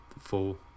full